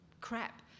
crap